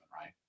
right